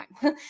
time